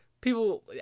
People